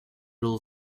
middle